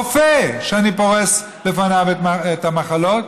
רופא שאני פורס בפניו את המחלות,